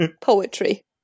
Poetry